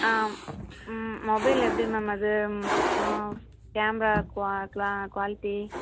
ஆம் மொ மொபைல் எப்படி மேம் அது ஆ கேமரா குவா குவா குவாலிட்டி